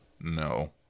no